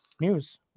news